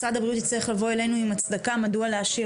משרד הבריאות יצטרך לבוא אלינו עם הצדקה מדוע להשאיר